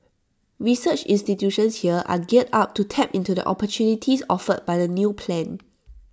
research institutions here are geared up to tap into the opportunities offered by the new plan